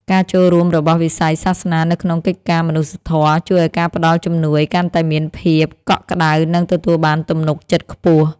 ការចូលរួមរបស់វិស័យសាសនានៅក្នុងកិច្ចការមនុស្សធម៌ជួយឱ្យការផ្តល់ជំនួយកាន់តែមានភាពកក់ក្តៅ និងទទួលបានទំនុកចិត្តខ្ពស់។